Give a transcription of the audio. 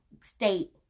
state